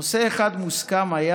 נושא אחד מוסכם היה